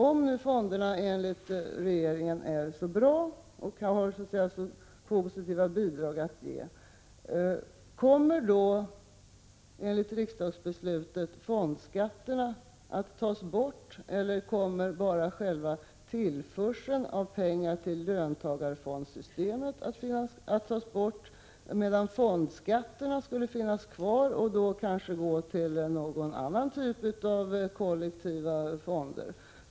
Om fonderna enligt regeringen är så bra och har så positiva bidrag att ge, kommer då enligt riksdagsbeslutet fondskatterna att tas bort, eller kommer bara själva tillförseln till löntagarfondssystemet upphöra, medan fondskatterna skulle finnas kvar och då kanske gå till någon annan typ av kollektiva fonder?